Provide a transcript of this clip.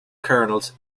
kernels